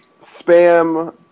spam